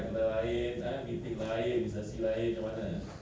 ah I think I think I just wanna wish you all the best